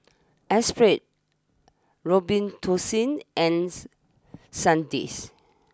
Espirit Robitussin ans Sandisk